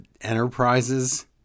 Enterprises